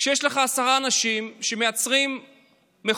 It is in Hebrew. כשיש לך עשרה אנשים שמייצרים מכונית